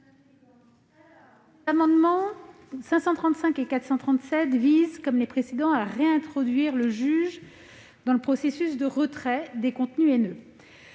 amendements visent, comme les précédents, à réintroduire le juge dans le processus de retrait des contenus haineux.